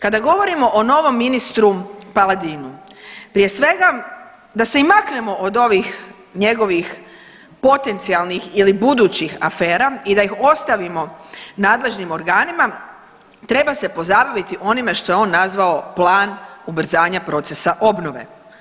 Kada govorimo o novom ministru Paladinu, prije svega da se i maknemo od ovih njegovih potencijalnih ili budućih afera i da ih ostavimo nadležnim organima treba se pozabaviti onime što je on nazvao plan ubrzanja procesa obnove.